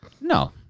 No